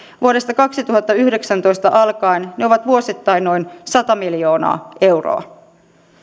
vuodesta kaksituhattayhdeksäntoista alkaen ne ovat vuosittain noin sata miljoonaa euroa